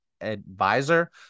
advisor